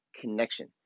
connection